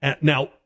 Now